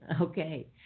Okay